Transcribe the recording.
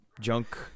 junk